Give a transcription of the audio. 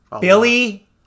Billy